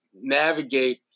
navigate